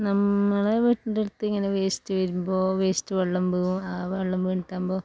നമ്മള വീടിൻ്റെ അടുത്തിങ്ങനെ വേസ്റ്റ് വീഴുമ്പോൾ വേസ്റ്റ് വെള്ളം വീഴും ആ വെള്ളം വീണിട്ടാകുമ്പോൾ